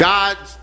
God's